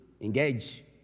Engage